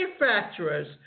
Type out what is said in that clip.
manufacturers